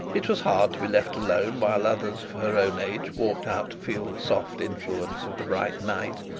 it was hard to be left alone while others of her own age walked out to feel the soft influence of the bright night,